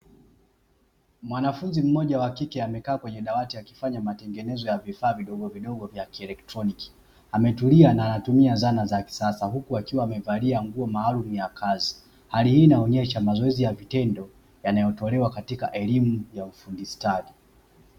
Mwanafunzi mmoja wa kike amekaa kwenye dawati akifanya matengenezo ya vifaa vidogovidogo vya kielektroniki, ametulia na anatumia zana za kisasa huku akiwa amevalia nguo maalumu ya kazi, hali hii inaonyesha mazoezi ya vitendo yanayotolewa katika elimu ya ufundi stadi.